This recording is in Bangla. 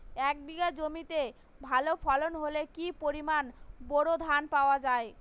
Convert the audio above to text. এক বিঘা জমিতে ভালো ফলন হলে কি পরিমাণ বোরো ধান পাওয়া যায়?